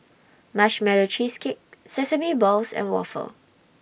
Marshmallow Cheesecake Sesame Balls and Waffle